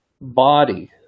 body